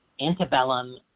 antebellum